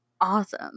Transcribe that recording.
awesome